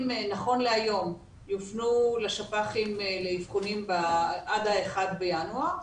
נכון להיום יופנו לאבחונים בשפ"חים עד ה-1 בינואר,